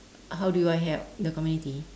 how do I help the community